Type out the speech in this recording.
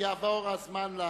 שיעבור הזמן מהצלצול.